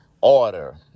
order